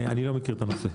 אני לא מכיר את הנושא.